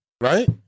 Right